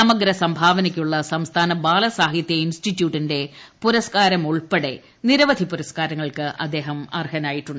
സമഗ്ര സംഭാവനക്കുള്ള സംസ്ഥാന ബാലസാഹിത്യ ഇൻസ്റ്റിറ്റ്യൂട്ടിന്റെ പുരസ്കാരം ഉൾപ്പടെ നിരവധി പുരസ്കാരങ്ങൾക്ക് അദ്ദേഹം അർഹനായിട്ടുണ്ട്